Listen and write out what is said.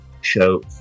show